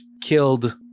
killed